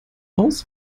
aus